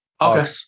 Okay